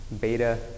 beta